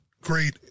great